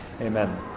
Amen